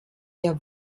der